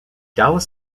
dallas